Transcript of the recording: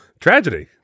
Tragedy